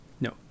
No